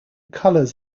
colours